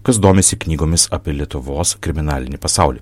kas domisi knygomis apie lietuvos kriminalinį pasaulį